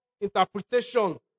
interpretation